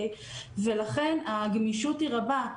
ולכן הגמישות היא רבה.